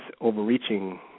overreaching